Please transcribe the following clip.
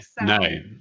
No